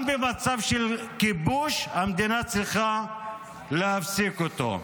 גם במצב של כיבוש, המדינה צריכה להפסיק את זה.